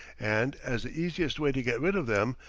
and, as the easiest way to get rid of them,